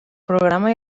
programa